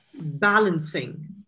balancing